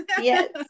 Yes